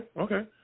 okay